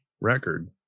record